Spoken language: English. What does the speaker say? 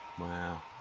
Wow